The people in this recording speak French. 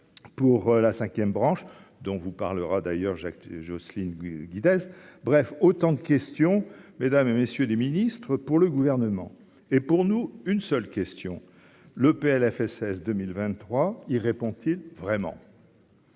pour la 5ème, branche dont vous parlera d'ailleurs Jacques Jocelyne Guidez, bref autant de questions, mesdames et messieurs les Ministres, pour le gouvernement et pour nous, une seule question : le PLFSS 2023 y'répond-il vraiment.